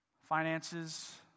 Finances